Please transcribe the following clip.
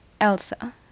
Elsa